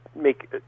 make